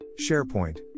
SharePoint